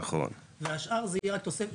והשאר יהיה תוספת .